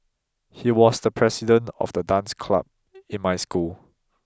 he was the president of the dance club in my school